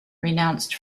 renounced